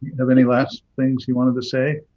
have any last things you wanted to say?